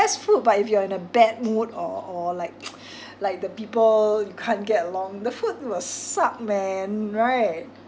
best food but if you're in a bad mood or or like like the people can't get along the food will suck man right